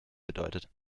bedeutet